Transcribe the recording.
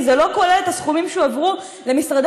כי זה לא כולל את הסכומים שהועברו למשרדי